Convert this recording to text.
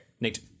Nate